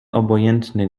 obojętny